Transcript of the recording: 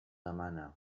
demana